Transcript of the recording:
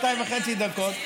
שתיים וחצי דקות,